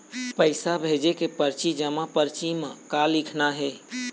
पैसा भेजे के परची जमा परची म का लिखना हे?